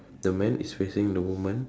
the man is facing the woman